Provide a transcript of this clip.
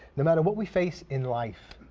no matter what we face in life,